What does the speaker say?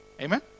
Amen